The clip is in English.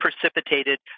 precipitated